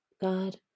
God